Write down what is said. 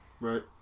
Right